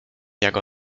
jak